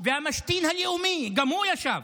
הוא והמשתין הלאומי, גם הוא ישב.